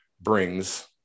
brings